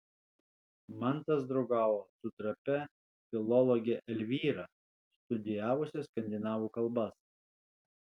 mantas draugavo su trapia filologe elvyra studijavusia skandinavų kalbas